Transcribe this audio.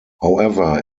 however